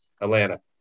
Atlanta